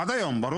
עד היום, ברור.